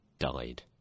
died